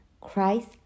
Christ